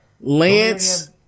Lance